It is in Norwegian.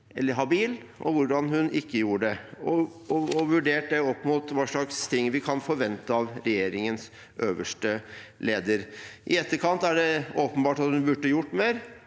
var habil, og hvordan hun ikke gjorde det, og vurdert det opp mot hva vi kan forvente av regjeringens øverste leder. I etterkant er det åpenbart at hun burde gjort mer,